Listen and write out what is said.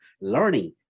learning